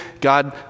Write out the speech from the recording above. God